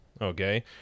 Okay